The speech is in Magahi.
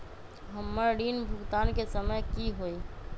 हमर ऋण भुगतान के समय कि होई?